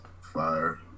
fire